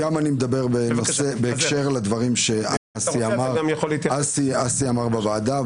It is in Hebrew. אני אדבר בהקשר לדברים שאסי אמר בוועדה.